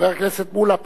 חבר הכנסת מולה,